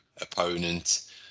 opponent